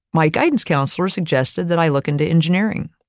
my guidance counselor suggested that i look into engineering.